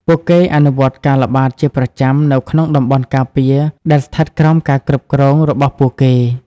ពួកគេអនុវត្តការល្បាតជាប្រចាំនៅក្នុងតំបន់ការពារដែលស្ថិតក្រោមការគ្រប់គ្រងរបស់ពួកគេ។